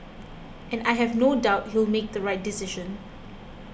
and I have no doubt he'll make the right decision